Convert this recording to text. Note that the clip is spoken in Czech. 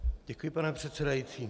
Děkuji, pane předsedající.